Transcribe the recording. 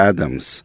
Adams